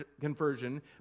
conversion